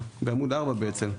בעמ' 4 בעצם.